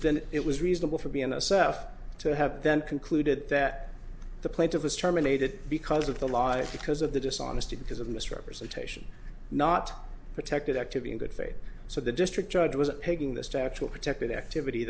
then it was reasonable for being a self to have then concluded that the plaintiff was terminated because of the law because of the dishonesty because of misrepresentation not protected activity in good faith so the district judge was taking the statue a protected activity